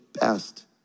best